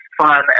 fun